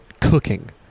cooking